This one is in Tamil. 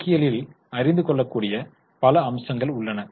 கணக்கியலில் அறிந்து கொள்ளக்கூடிய பல அம்சங்கள் உள்ளன